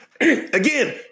again